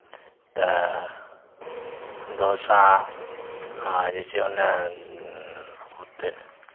तऽ डोसा आर जे छै ओन्नऽ